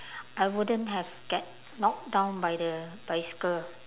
I wouldn't have get knocked down by the bicycle